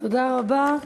תודה רבה.